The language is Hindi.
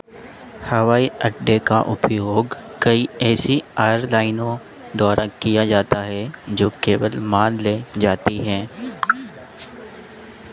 हवाई अड्डे का उपयोग कई ऐसी आयरलाइनों द्वारा किया जाता है जो केवल माल ले जाती हैं